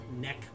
neck